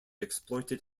exploited